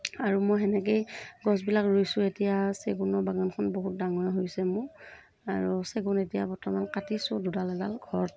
আৰু মই সেনেকৈয়ে গছবিলাক ৰুইছোঁ এতিয়া চেগুনৰ বাগানখন বহুত ডাঙৰেই হৈছে মোৰ আৰু চেগুন এতিয়া বৰ্তমান কাটিছোঁ দুডাল এডাল ঘৰত